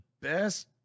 best